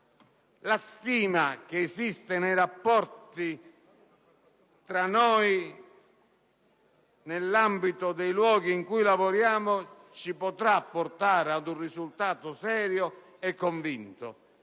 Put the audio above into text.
la stima che esistono nei rapporti tra noi nell'ambito dei luoghi in cui lavoriamo potremo ottenere ad un risultato serio e convincente.